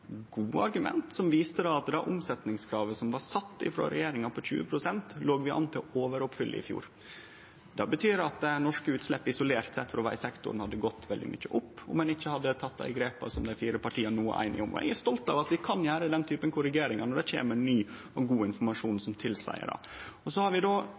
gode argument som viste at det omsetningskravet som var sett frå regjeringa på 20 pst., låg vi an til å overoppfylle i fjor. Det betyr at norske utslepp frå vegsektoren isolert sett hadde gått veldig mykje opp om ein ikkje hadde teke dei grepa som dei fire partia no er einige om. Eg er stolt av at vi kan gjere den typen korrigeringar når det kjem ny og god informasjon som tilseier det. Så har vi